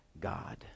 God